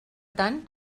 tant